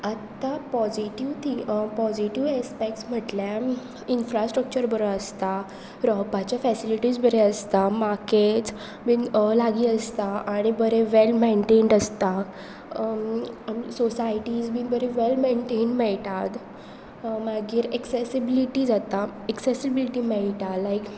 आतां पॉजिटीव थ positive aspects म्हटल्यार इनफ्रास्ट्रक्चर बरो आसता रावपाचे फेसिलिटीज बरे आसता मार्केट्स बीन लागीं आसता आनी बरें वेल मेटेंड आसता सोसायटीज बीन बरी वेल मेनटेनड मेळटात मागीर एक्सेसिबिलिटी जाता एक्सेसिबिलिटी मेळटा लायक